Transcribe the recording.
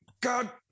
God